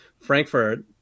Frankfurt